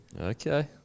Okay